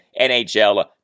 NHL